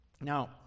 Now